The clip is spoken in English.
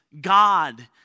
God